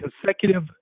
consecutive